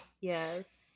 Yes